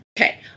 Okay